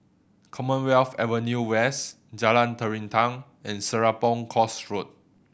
Commonwealth Avenue West Jalan Terentang and Serapong Course Road